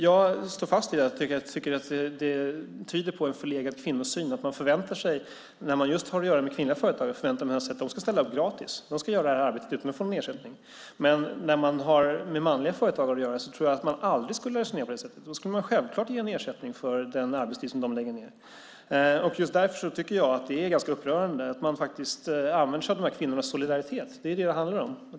Jag står fast vid att jag tycker att det tyder på en förlegad kvinnosyn att man, just när man har att göra med kvinnliga företagare, förväntar sig att de ska ställa upp gratis. De ska göra det här arbetet utan att få någon ersättning. Men när man har med manliga företagare att göra tror jag att man aldrig skulle ha löst det på det sättet. Då skulle man självklart ge en ersättning för den arbetstid som de lägger ned. Just därför tycker jag att det är ganska upprörande att man använder sig av de här kvinnornas solidaritet. Det är ju det som det handlar om.